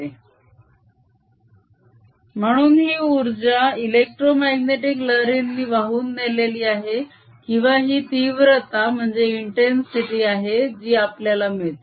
energy flowc u100120E021200E02 म्हणून ही उर्जा इलेक्ट्रोमाग्नेटीक लहरींनी वाहून नेलेली आहे किंवा ही तीव्रता आहे जी आपल्याला मिळते